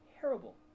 terrible